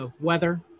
Weather